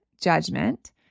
judgment